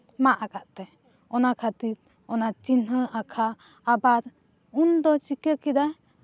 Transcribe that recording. ᱢᱟᱜ ᱟᱠᱟᱫ ᱛᱮ ᱚᱱᱟ ᱠᱷᱟᱹᱛᱤᱨ ᱚᱱᱟ ᱪᱤᱱᱦᱟᱹ ᱟᱸᱠᱟᱣ ᱟᱵᱟᱨ ᱩᱱᱫᱚ ᱪᱤᱠᱟᱹ ᱠᱮᱫᱟ